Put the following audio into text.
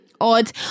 odd